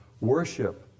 worship